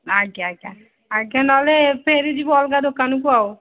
ଆଜ୍ଞା ଆଜ୍ଞା ଆଜ୍ଞା ନହେଲେ ଫେରିଯିବୁ ଅଲଗା ଦୋକାନକୁ ଆଉ